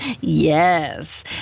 Yes